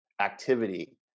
activity